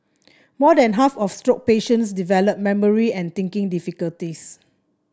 more than half of stroke patients develop memory and thinking difficulties